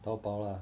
Taobao lah